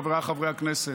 חבריי חברי הכנסת,